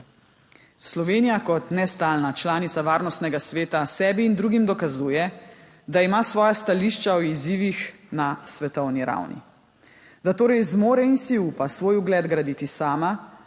Slovenija kot nestalna članica Varnostnega sveta sebi in drugim dokazuje, da ima svoja stališča o izzivih na svetovni ravni, da torej zmore in si upa svoj ugled graditi sama,